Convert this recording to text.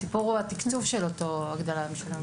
הסיפור הוא התקצוב של אותה הגדלה.